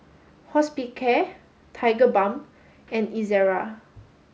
Hospicare Tigerbalm and Ezerra